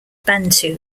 bantu